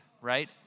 right